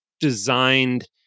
designed